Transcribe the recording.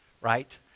right